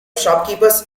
shopkeepers